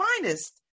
finest